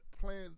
playing